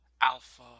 alpha